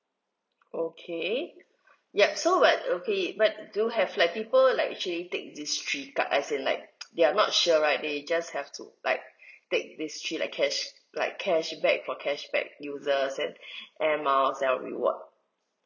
okay yup so but okay but do you have like people like actually take these three card as in like they are not sure right they just have to like take this three like cash like cashback for cashback users and air miles then uh reward